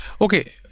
okay